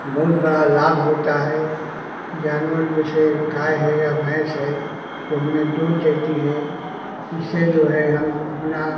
बहुत बड़ा लाभ होता है जानवर जैसे गाय है या भैंस है वो हमें दूध देती है उससे जो है हम अपना